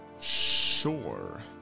Sure